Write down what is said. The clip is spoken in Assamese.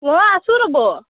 মই আছোঁ ৰ'ব